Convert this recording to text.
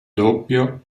doppio